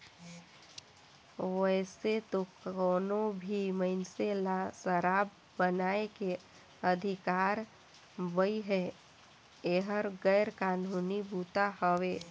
वइसे तो कोनो भी मइनसे ल सराब बनाए के अधिकार बइ हे, एहर गैर कानूनी बूता हवे